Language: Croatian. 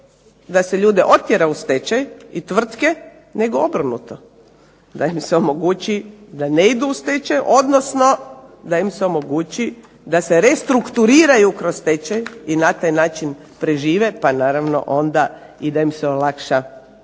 da se ljude otjera u stečaj i tvrtke nego obrnuto, da im se omogući da ne idu u stečaj odnosno da im se omogući da se restrukturiraju kroz stečaj i na taj način prežive pa naravno onda i da im se olakša